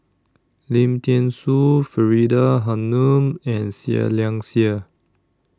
Lim Thean Soo Faridah Hanum and Seah Liang Seah